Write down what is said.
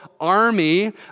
army